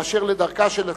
באשר לדרכה של הציונות,